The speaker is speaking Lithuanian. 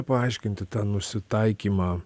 paaiškinti tą nusitaikymą